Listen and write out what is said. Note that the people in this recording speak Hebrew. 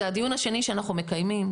זה הדיון השני שאנחנו מקיימים,